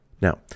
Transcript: Now